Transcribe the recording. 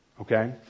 Okay